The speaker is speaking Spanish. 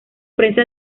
prensa